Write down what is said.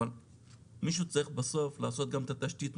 אבל מישהו צריך בסוף לעשות גם את התשתית,